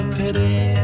pity